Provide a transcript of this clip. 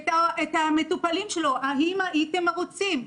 את המטופלים שלו, האם הייתם מרוצים.